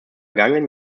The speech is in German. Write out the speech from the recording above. vergangenen